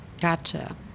gotcha